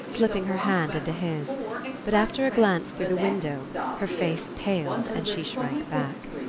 slipping her hand into his but after a glance through the window her face paled and she shrank back.